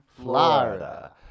Florida